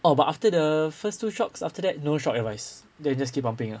orh but after the first two shocks after that no shock advised that you just keep pumping ah